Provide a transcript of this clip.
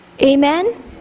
Amen